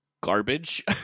garbage